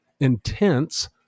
intense